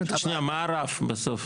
שנייה, מה הרף בסוף?